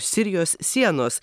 sirijos sienos